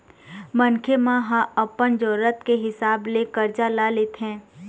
मनखे मन ह अपन जरुरत के हिसाब ले करजा ल लेथे